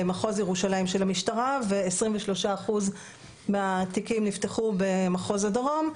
ירושלים של המשטרה ו- 23 אחוז מהתיקים נפתחו במחוז הדרום,